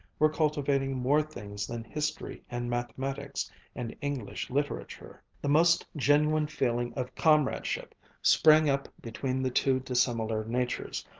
were cultivating more things than history and mathematics and english literature. the most genuine feeling of comradeship sprang up between the two dissimilar natures,